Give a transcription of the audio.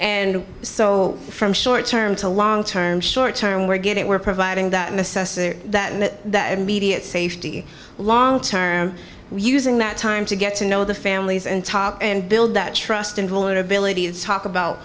and so from short term to long term short term we're getting we're providing that in assessing that and that immediate safety long term using that time to get to know the families and talk and build that trust and vulnerability is talk about